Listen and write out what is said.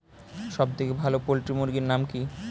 সবথেকে ভালো পোল্ট্রি মুরগির নাম কি?